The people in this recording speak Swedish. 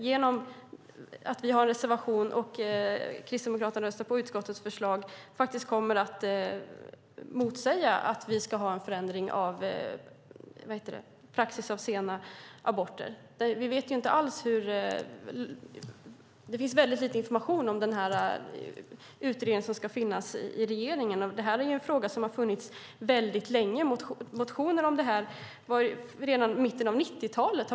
Genom att vi har en reservation och Kristdemokraterna kommer att rösta för utskottets förslag kommer ni att motsäga att vi ska ha en förändring av praxis när det gäller sena aborter. Det finns väldigt lite information om den utredning som ska finnas hos regeringen. Det här är en fråga som har diskuterats väldigt länge. Det fanns motioner om detta redan i mitten av 90-talet.